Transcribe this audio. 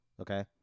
okay